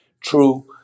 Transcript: true